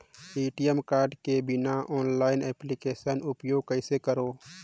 ATM card के बिना online application उपयोग कइसे करो?